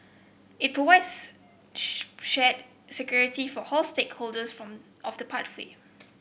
it provides shared security for stakeholders from of the pathway